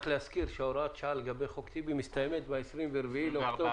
רק להזכיר שהוראת השעה לגבי "חוק טיבי" מסתיימת ב-24 באוקטובר.